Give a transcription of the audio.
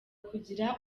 kugira